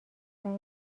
سعی